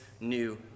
new